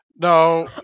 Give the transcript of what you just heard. No